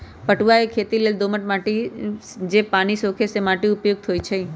पटूआ के खेती लेल दोमट माटि जे पानि सोखे से माटि उपयुक्त होइ छइ